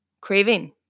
craving